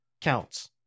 counts